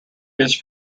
his